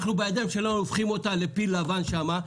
בידיים שלנו אנחנו הופכים אותה לפיל לבן שם.